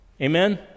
Amen